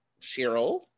Cheryl